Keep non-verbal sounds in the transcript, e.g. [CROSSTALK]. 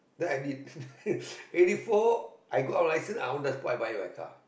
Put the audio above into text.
then i did [LAUGHS] eighty four I got license I on the spot I buy my car